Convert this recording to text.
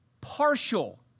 partial